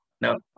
No